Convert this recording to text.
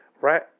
right